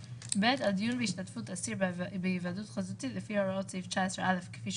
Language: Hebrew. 11. תיקון סעיף 33. סעיף 33 הוא הסעיף